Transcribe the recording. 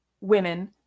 women